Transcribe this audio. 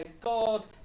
God